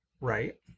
Right